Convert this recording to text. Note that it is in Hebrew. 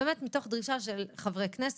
באמת, מתוך דרישה של חברי כנסת.